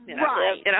Right